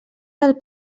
del